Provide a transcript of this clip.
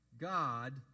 God